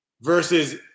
versus